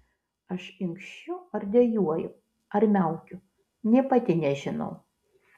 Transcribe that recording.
aš inkščiu ar dejuoju ar miaukiu nė pati nežinau